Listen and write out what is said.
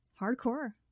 Hardcore